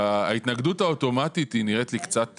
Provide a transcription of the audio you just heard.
ההתנגדות האוטומטית נראית לי קצת